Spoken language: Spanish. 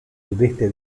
sudeste